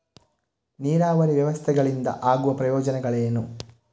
ನೀರಾವರಿ ವ್ಯವಸ್ಥೆಗಳಿಂದ ಆಗುವ ಪ್ರಯೋಜನಗಳೇನು?